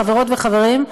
חברות וחברים,